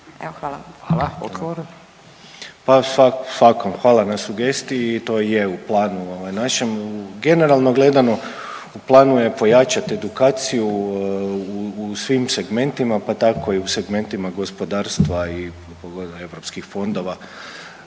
Svakako hvala na sugestiji. To i je u planu našem. Generalno gledano u planu je pojačati edukaciju u svim segmentima pa tako i u segmentima gospodarstva i europskih fondova,